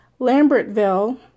Lambertville